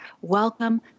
Welcome